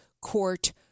court